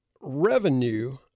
revenue